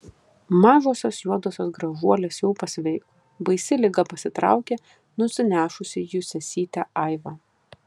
mažosios juodosios gražuolės jau pasveiko baisi liga pasitraukė nusinešusi jų sesytę aivą